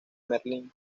merlín